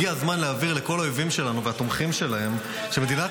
הגיע הזמן להבהיר לכל האויבים שלנו והתומכים שלהם שמדינת